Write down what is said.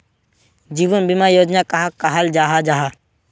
जीवन बीमा योजना कहाक कहाल जाहा जाहा?